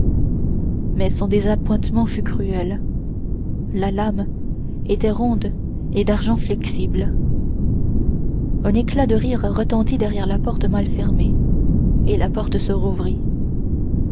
mais son désappointement fut cruel la lame en était ronde et d'argent flexible un éclat de rire retentit derrière la porte mal fermée et la porte se rouvrit